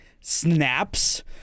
snaps